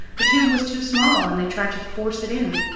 the tomb was too small, and they tried to force it in.